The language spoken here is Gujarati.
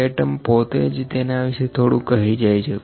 તે ટર્મ પોતે જ તેના વિશે થોડું કહી જાય છે